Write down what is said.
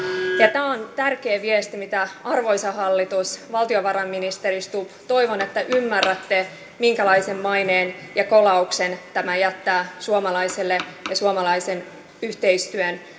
tämä on tärkeä viesti ja toivon arvoisa hallitus valtiovarainministeri stubb että ymmärrätte minkälaisen maineen ja kolauksen tämä jättää suomalaisen yhteistyön